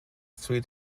three